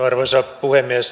arvoisa puhemies